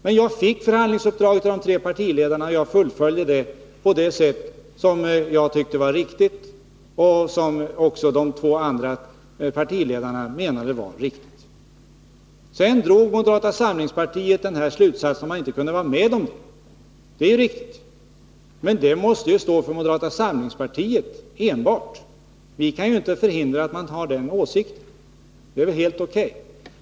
Men jag fick förhandlingsuppdraget från de tre partiledarna, och jag fullföljde det på det sätt som jag tyckte var riktigt och som också de två andra partiledarna menade var riktigt. Sedan drog moderata samlingspartiet den här slutsatsen, och man kunde inte vara med om det. Det är ju riktigt. Men det måste stå enbart för moderata samlingspartiet. Vi kan inte förhindra att man har den åsikten. Det är väl helt O.K.